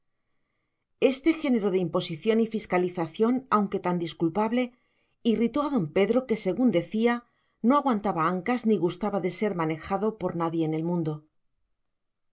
este género de imposición y fiscalización aunque tan disculpable irritó a don pedro que según decía no aguantaba ancas ni gustaba de ser manejado por nadie en el mundo